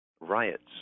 Riots